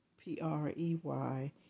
P-R-E-Y